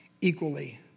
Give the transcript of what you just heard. equally